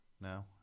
No